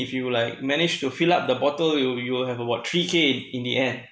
if you like manage to fill up the bottle you you'll have about three k in the end